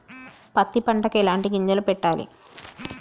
పత్తి పంటకి ఎలాంటి గింజలు పెట్టాలి?